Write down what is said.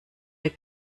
der